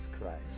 Christ